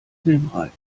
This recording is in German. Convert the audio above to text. filmreif